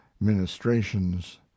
ministrations